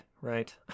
right